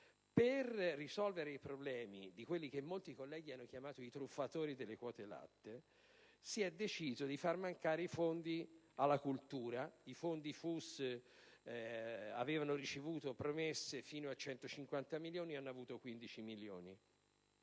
Per risolvere i problemi di quelli che molti colleghi hanno chiamato i truffatori delle quote latte, si è deciso di far mancare i fondi alla cultura: il Fondo unico per lo spettacolo aveva ricevuto promesse fino a 150 milioni e ha avuto 15 milioni.